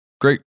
great